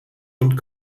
und